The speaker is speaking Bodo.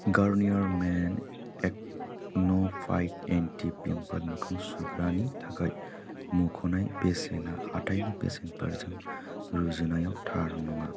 गारनियार men AcnoFight anti pimple मोखां सुग्रानि थाखाय मुंख'नाय बेसेना हाथायनि बेसेनफोरजों रुजुनायाव थार नङा